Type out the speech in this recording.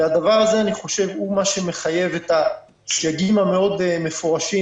הדבר הזה הוא מה שמחייב את הסייגים המאוד מפורשים